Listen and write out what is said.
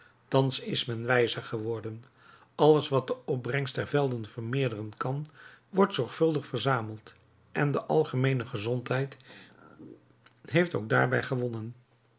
thans is men wijzer geworden alles wat de opbrengst der velden vermeerderen kan wordt zorgvuldig verzameld en de algemeene gezondheid heeft ook daarbij gewonnen